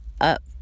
up